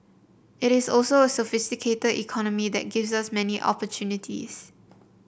it is also a sophisticated economy that gives us many opportunities